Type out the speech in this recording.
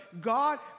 God